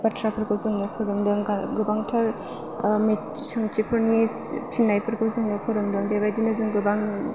बाथ्राफोरखौ जोंनो फोरोंदों गोबांथार सोंथिफोरनि फिननायफोरखौ जोंनो फोरोंदों बेबायदिनो जों गोबां